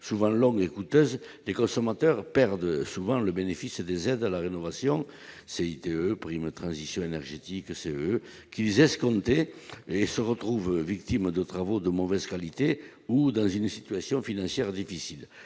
souvent l'homme et coûteuse, les consommateurs perdent souvent le bénéfice des aides à la rénovation Cide prime transition énergétique, c'est eux qu'ils escomptaient et se retrouvent victimes de travaux de mauvaise qualité ou dans une situation financière difficile